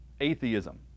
atheism